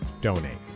donate